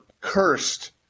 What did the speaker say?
cursed